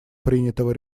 принятого